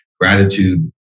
gratitude